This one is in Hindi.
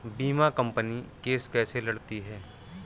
बीमा कंपनी केस कैसे लड़ती है?